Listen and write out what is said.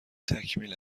تکمیل